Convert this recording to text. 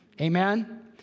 Amen